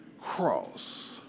cross